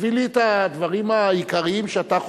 תביא לי את הדברים העיקריים שאתה חושב.